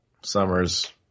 summer's